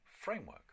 Framework